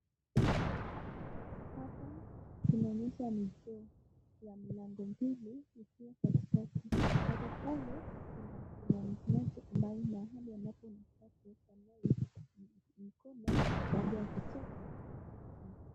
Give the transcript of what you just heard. Hapa tunaonyeshwa nyumba ya mlango mbili isiyo katikati. Katikati kuna kuna mti mrefu ambao una hali ya unataka kuweka maua na mikono baada ya kutoka.